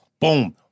Boom